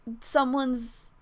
someone's